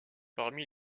parmi